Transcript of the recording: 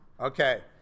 Okay